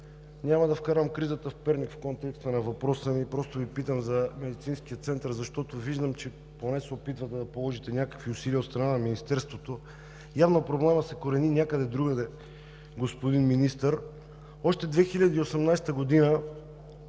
Няма да вкарвам кризата в Перник в контекста на въпроса ми. Просто Ви питам за Медицинския център, защото виждам, че поне се опитвате да положите някакви усилия от страна на Министерството. Явно проблемът се корени някъде другаде, господин Министър. Още през 2018